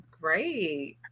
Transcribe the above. Great